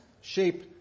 shape